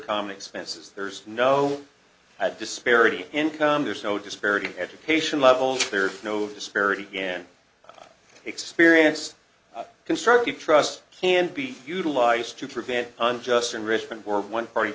common expenses there's no disparity in income there's no disparity in education levels there's no disparity again experience constructive trust can be utilized to prevent unjust enrichment where one party